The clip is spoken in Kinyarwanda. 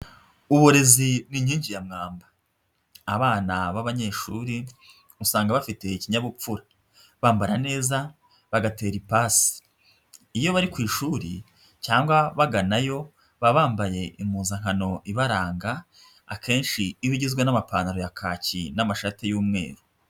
Uburezi n ni inkingi ya mwamba. Abana b'abanyeshuri usanga bafite ikinyabupfura, bambara neza, bagatera ipas,i iyo bari ku ishuri cyangwa baganayo baba bambaye impuzankano ibaranga, akenshi iba igizwe n'amapantaro ya kaki n'amashati y'umweru.